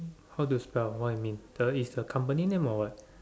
how to spell what you mean the it's a company name or what